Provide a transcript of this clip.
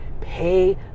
pay